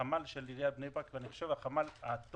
החמ"ל של עיריית בני ברק הוא החמ"ל הטוב